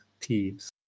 thieves